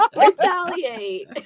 Retaliate